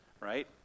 right